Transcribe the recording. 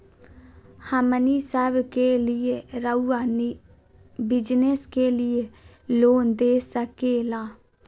हमने सब के लिए रहुआ बिजनेस के लिए लोन दे सके ला?